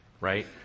Right